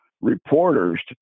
reporters